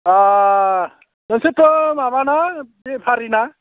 नोंसोरथ' माबाना बेफारि ना